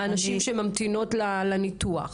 נשים שממתינות לניתוח.